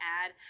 add